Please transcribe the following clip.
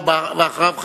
ואחריו,